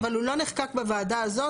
יכול להיות, אבל הוא לא נחקק בוועדה הזאת.